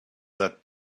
that